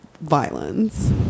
violence